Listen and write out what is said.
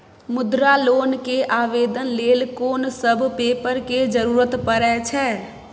मुद्रा लोन के आवेदन लेल कोन सब पेपर के जरूरत परै छै?